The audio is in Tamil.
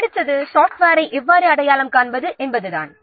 அடுத்து சாஃப்ட்வேரை எவ்வாறு அடையாளம் காண்பது என்பதுதான்